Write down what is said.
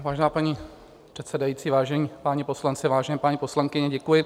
Vážená paní předsedající, vážení páni poslanci, vážené paní poslankyně, děkuji.